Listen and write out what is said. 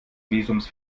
visums